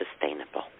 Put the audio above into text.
sustainable